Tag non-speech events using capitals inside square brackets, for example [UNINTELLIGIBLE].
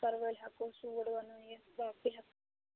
استر وٲلۍ ہٮ۪کو سوٗٹ بنٲیِتھ باقٕے ہٮ۪کو [UNINTELLIGIBLE]